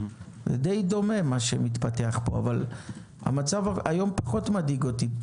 זה די דומה מה שמתפתח פה אבל המצב היום פחות מדאיג אותי,